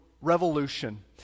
revolution